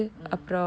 mm